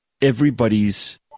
everybody's